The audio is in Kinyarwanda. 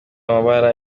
amabara